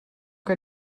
que